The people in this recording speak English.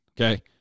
Okay